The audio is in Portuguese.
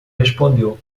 respondeu